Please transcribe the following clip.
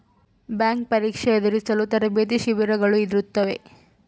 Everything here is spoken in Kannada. ಬ್ಯಾಂಕ್ ಪರೀಕ್ಷೆ ಎದುರಿಸಲು ತರಬೇತಿ ಶಿಬಿರಗಳು ಇರುತ್ತವೆ